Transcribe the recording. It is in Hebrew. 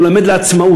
הוא מלמד לעצמאות.